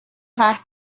حرف